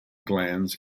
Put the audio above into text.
glands